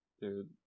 dude